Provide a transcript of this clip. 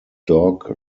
dog